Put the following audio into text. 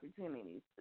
opportunities